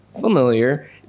familiar